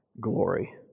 glory